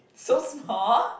so small